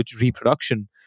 reproduction